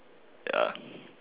ya